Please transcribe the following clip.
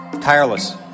tireless